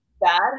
bad